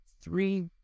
three